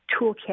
toolkit